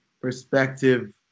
perspective